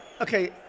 Okay